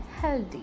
healthy